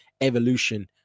evolution